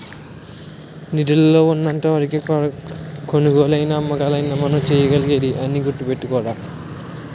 నిధులు ఉన్నంత వరకే కొనుగోలైనా అమ్మకాలైనా మనం చేయగలిగేది అని గుర్తుపెట్టుకోరా